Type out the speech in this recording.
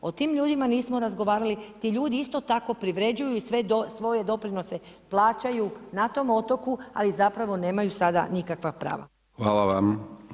O tim ljudima nismo razgovarali, ti ljudi isto tako privređuju i sve svoje doprinose plaćaju na tom otoku ali zapravo nemaju sada nikakva prava.